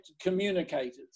communicators